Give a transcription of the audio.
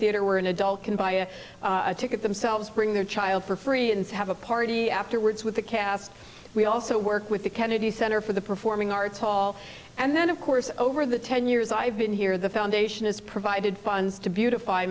theater or an adult can buy a ticket themselves bring their child for free and have a party afterwards with the cast we also work with the kennedy center for the performing our hall and then of course over the ten years i've been here the foundation has provided funds to beautify